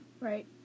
Right